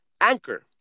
Anchor